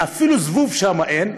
אפילו זבוב אין שם,